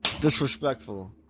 disrespectful